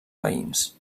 veïns